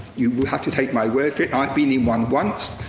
you have to take my word for it. i've been in one once.